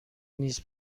نیز